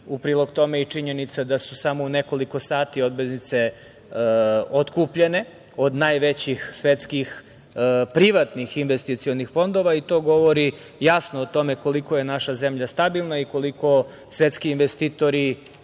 u prilog tome i činjenica da su samo u nekoliko sati obveznice otkupljene od najvećih svetskih privatnih investicionih fondova i to govori jasno o tome koliko je naša zemlja stabilna i koliko svetski investitori